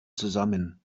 zusammen